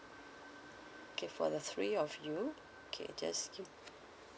okay for the three of you okay just gi~